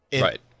right